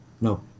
No